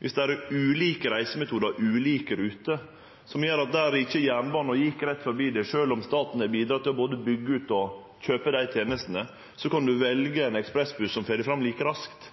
Om det er ulike reisemetodar og ulike ruter som gjer at der det ikkje er jernbane som går rett forbi, kan ein, sjølv om staten har bidrege til både å byggje ut og kjøpe dei tenestene, velje ein ekspressbuss som fer fram like raskt.